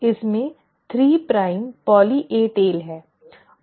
इसमें 3 prime poly A tail है